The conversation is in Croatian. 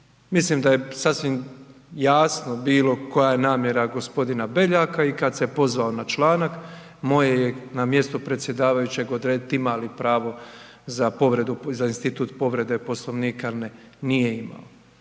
mislim da je sasvim jasno bilo koja je namjera g. Beljaka i kad se pozvao na članak, moje je na mjestu predsjedavajućeg odrediti ima li pravo za institut povrede Poslovnika ili ne. Nije imao.